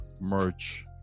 merch